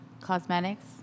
Cosmetics